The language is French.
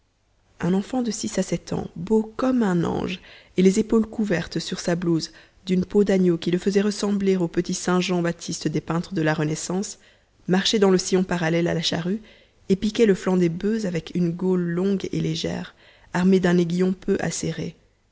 un enfant de six à sept ans beau comme un ange et les épaules couvertes sur sa blouse d'une peau d'agneau qui le faisait ressembler au petit saint jean-baptiste des peintres de la renaissance marchait dans le sillon parallèle à la charrue et piquait le flanc des bufs avec une gaule longue et légère armée d'un aiguillon peu acéré